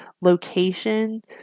location